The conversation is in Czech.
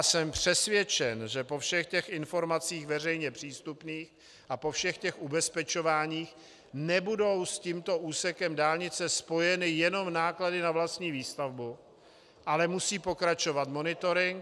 Jsem přesvědčen, po všech informacích veřejně přístupných a po všech ubezpečováních, že nebudou s tímto úsekem dálnice spojeny jenom náklady na vlastní výstavbu, ale musí pokračovat monitoring.